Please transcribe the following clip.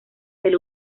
del